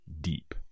deep